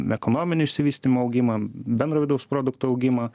ekonominio išsivystymo augimą bendro vidaus produkto augimą